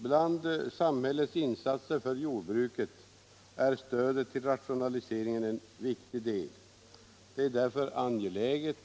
Bland samhällets insatser för jordbruket är stödet till rationaliseringen en viktig del. Det är därför angeläget